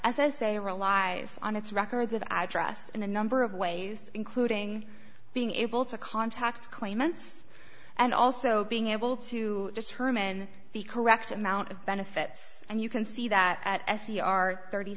as i say were alive on its records of i trust in a number of ways including being able to contact claimants and also being able to determine the correct amount of benefits and you can see that at a c r thirty